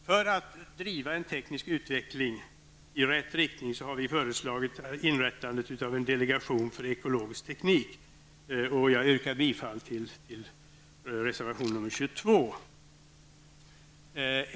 För att driva en teknisk utveckling i rätt riktning, har vi föreslagit inrättandet av en delegation för ekologisk teknik. Jag yrkar bifall till reservation 22.